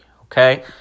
okay